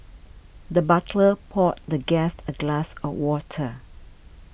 the butler poured the guest a glass of water